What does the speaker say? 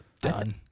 done